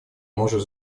может